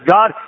God